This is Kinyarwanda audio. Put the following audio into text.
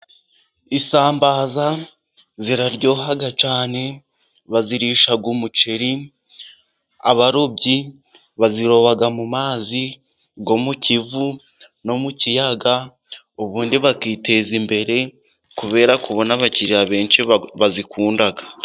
Isambaza ziraryoha cyane, bazirisha umuceri abarobyi baziroba mu mazi yo mu kivu, no mu kiyaga, ubundi bakiteza imbere kubera kubona abakiriya benshi bazikunda.